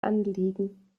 anliegen